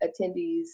attendees